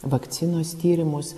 vakcinos tyrimus